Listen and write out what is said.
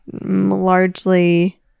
largely